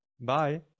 Bye